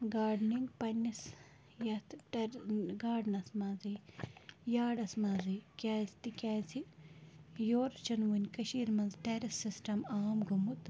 gardening پَنٛنِس یَتھ یَتھ گاڈنَس منٛزٕے یاڈَس منٛزٕے کیٛازِ تِکیٛازِ یورٕ چھِنہٕ وٕنۍ کٔشیٖرِ منٛز ٹٮ۪رِس سِسٹَم عام گوٚمُت